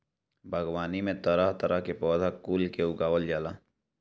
बागवानी में तरह तरह के पौधा कुल के उगावल जाला